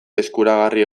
eskuragarri